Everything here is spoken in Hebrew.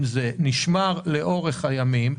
אם זה נשמר לאורך ימים,